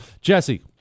Jesse